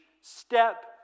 step